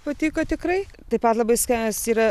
patiko tikrai taip pat labai skanios yra